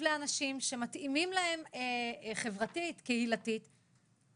לאנשים שמתאימים להם חברתית וקהילתית את הטופס,